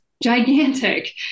gigantic